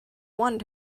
wanted